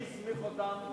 מי הסמיך אותם,